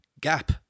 Gap